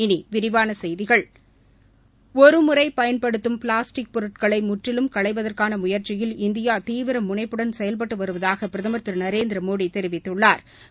இனி விரிவான செய்திகள் ஒருமுறை பயன்படுத்தும் பிளாஸ்டிக் பொருட்களை முற்றிலும் களைவதற்கான முயற்சியில் இந்தியா தீவிர முனைப்புடன் செயல்பட்டு வருவதாக பிரதமா் திரு நரேந்திரமோடி தெரிவித்துள்ளாா்